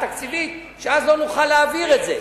תקציבית ואז לא נוכל להעביר את זה?